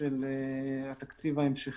של התקציב ההמשכי,